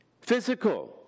physical